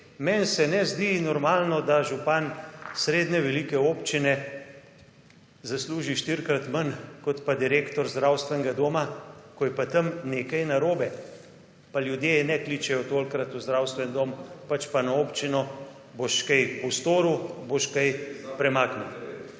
Meni se ne zdi normalno, da župan srednje velike občine zasluži 4-krat manj kot pa direktor zdravstvenega doma, ko je pa tam nekaj narobe, pa ljudje ne kličejo tolikokrat v zdravstveni dom, pač pa na občino, boš kaj postoril, boš kaj premaknil.